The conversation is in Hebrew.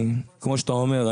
כמו שאתה אומר,